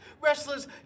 wrestlers